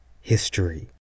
history